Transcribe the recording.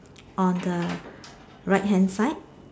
on the right hand side